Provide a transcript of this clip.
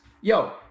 Yo